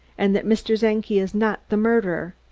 and that mr. czenki is not the murderer,